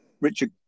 Richard